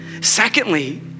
Secondly